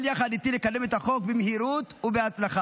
יחד איתי לקדם את החוק במהירות ובהצלחה.